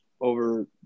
over